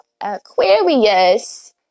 Aquarius